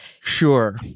Sure